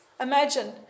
imagine